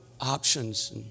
options